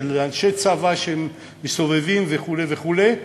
של אנשי צבא שמסתובבים וכו' וכו'.